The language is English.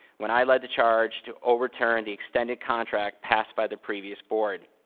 when i led the charge to overturn the extended contract passed by the previous board.